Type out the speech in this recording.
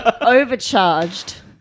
overcharged